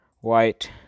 white